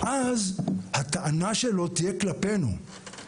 ואז הטענה שלו תהיה כלפינו.